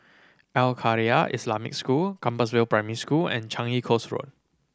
Al Khairiah Islamic School Compassvale Primary School and Changi Coast Road